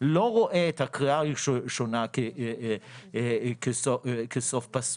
לא רואה את הקריאה הראשונה כסוף פסוק,